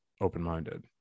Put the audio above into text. open-minded